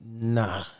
nah